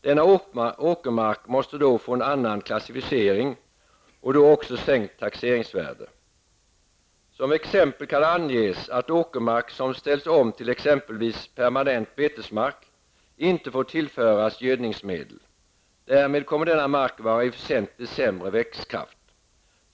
Denna åkermark måste då få en annan klassificering, och då också sänkt taxeringsvärde. Som exempel kan anges att åkermark som ställs om till permanent betesmark inte får tillföras gödningsmedel. Därmed kommer denna mark att ha en väsentligt sämre växtkraft.